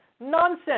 Nonsense